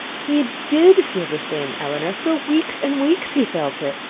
he did feel the same, elinor for weeks and weeks he felt it.